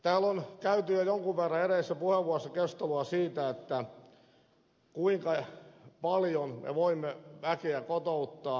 täällä on käyty jo jonkun verran edellisissä puheenvuoroissa keskustelua siitä kuinka paljon me voimme väkeä kotouttaa